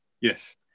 yes